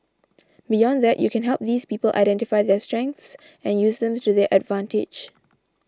beyond that you can help these people identify their strengths and use them to their advantage